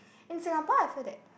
in Singapore I feel that